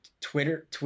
Twitter